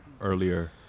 earlier